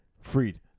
freed